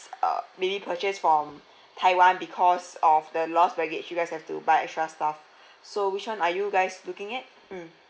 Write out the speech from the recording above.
err maybe purchase from taiwan because of the lost baggage you guys have to buy extra stuff so which one are you guys looking at mm